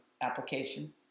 application